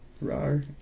RAR